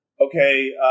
Okay